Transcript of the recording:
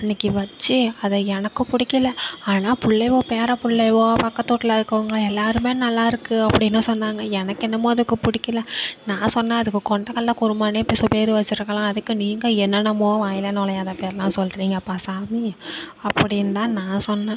அன்னைக்கு வச்சு அது எனக்கும் பிடிக்கல ஆனால் பிள்ளைவோ பேர பிள்ளைவோ பக்கத்தூட்டில இருக்கவங்க எல்லாருமே நல்லா இருக்குது அப்படின்னு சொன்னாங்க எனக்கென்னமோ அதுக்கு பிடிக்கல நான் சொன்ன அதுக்கு கொண்டக்கடல்ல குருமானே பெச பேர் வச்சிருக்கலாம் அதுக்கு நீங்கள் என்னன்னமோ வாயிலே நுழையாத பேர்லாம் சொல்றீங்கப்பா சாமி அப்படின்னு தான் நான் சொன்னேன்